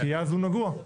כי אז הוא נגוע.